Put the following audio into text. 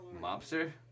mobster